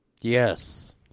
Yes